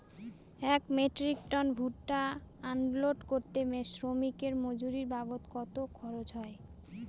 এক metric ton ভুট্টা unload করতে শ্রমিকের মজুরি বাবদ কত খরচ হয়?